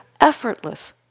effortless